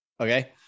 okay